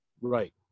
Right